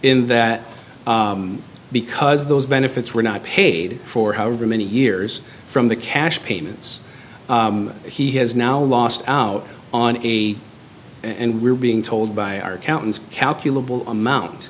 in that because those benefits were not paid for however many years from the cash payments he has now lost out on a and we're being told by our accountants